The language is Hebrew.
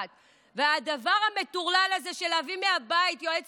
והדבר המטורלל הזה של להביא מהבית יועץ משפטי,